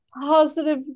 positive